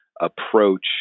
approach